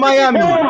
Miami